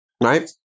right